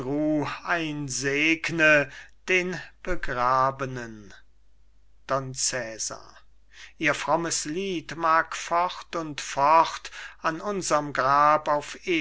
einsegne den begrabenen don cesar ihr frommes lied mag fort und fort an unserm grab auf